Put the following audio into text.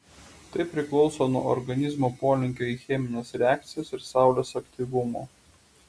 tai priklauso nuo organizmo polinkio į chemines reakcijas ir saulės aktyvumo